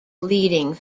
leading